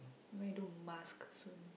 no I do mask soon